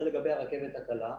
זה לגבי הרכבת הקלה,